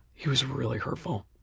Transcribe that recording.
he was really hurtful.